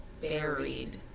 buried